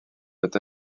peut